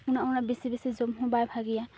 ᱩᱱᱟᱹᱜ ᱩᱱᱟᱹᱜ ᱵᱤᱥᱤᱥ ᱵᱮᱥᱤ ᱡᱚᱢᱦᱚᱸ ᱵᱟᱭ ᱵᱷᱟᱜᱮᱭᱟ